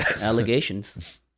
allegations